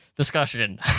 discussion